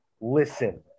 listen